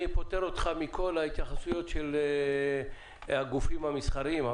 אני פוטר אותך מכל ההתייחסויות של הגופים המסחריים,